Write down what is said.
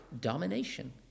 domination